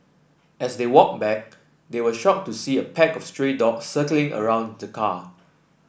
as they walked back they were shocked to see a pack of stray dog circling around the car